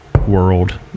world